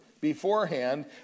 beforehand